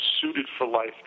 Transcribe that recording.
suited-for-life